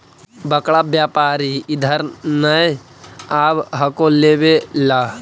बड़का व्यापारि इधर नय आब हको लेबे ला?